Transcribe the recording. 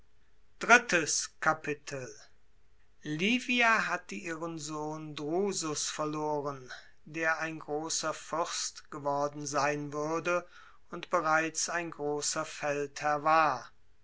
livia hatte ihren sohn drusus verloren der ein großer fürst geworden sein würde und bereits ein großer feldherr war